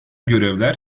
görevler